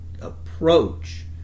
approach